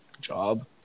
Job